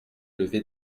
levé